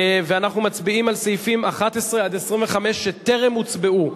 ואנחנו מצביעים על סעיפים 11 25 שטרם הוצבעו.